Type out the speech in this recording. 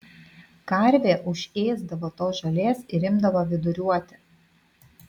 karvė užėsdavo tos žolės ir imdavo viduriuoti